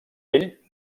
ell